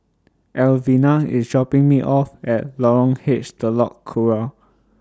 Elvina IS dropping Me off At Lorong H Telok Kurau